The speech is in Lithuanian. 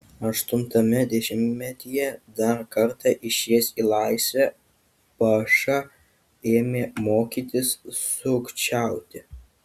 aštuntame dešimtmetyje dar kartą išėjęs į laisvę paša ėmė mokytis sukčiauti